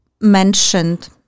mentioned